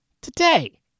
today